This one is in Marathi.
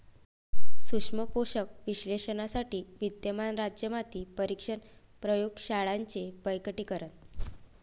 सूक्ष्म पोषक विश्लेषणासाठी विद्यमान राज्य माती परीक्षण प्रयोग शाळांचे बळकटीकरण